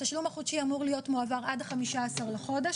התשלום החודשי אמור להיות מועבר עד ה-15 לחודש,